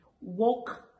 walk